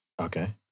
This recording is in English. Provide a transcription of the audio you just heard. Okay